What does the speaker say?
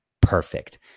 perfect